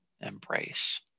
embrace